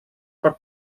pot